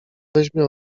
weźmie